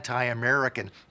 Anti-American